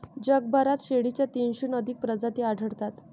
जगभरात शेळीच्या तीनशेहून अधिक प्रजाती आढळतात